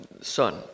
son